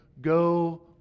Go